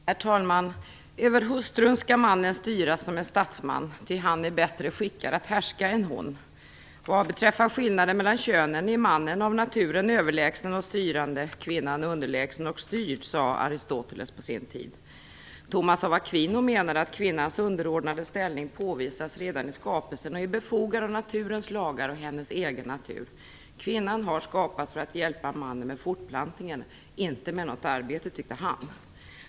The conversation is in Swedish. Herr talman! "Över hustrun skall mannen styra som en statsman, ty han är bättre skickad att härska än hon. Vad beträffar skillnaden mellan könen är mannen av naturen överlägsen och styrande, kvinnan underlägsen och styrd", sade Aristoteles på sin tid. Thomas av Aquino menade att kvinnans underordnande ställning påvisas redan i Skapelsen och är befogad av naturens lagar och hennes egen natur. Kvinnan har skapats för att hjälpa mannen med fortplantningen inte med något arbete, tyckte han.